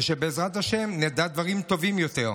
ושבעזרת השם נדע דברים טובים יותר.